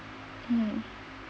um